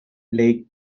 lake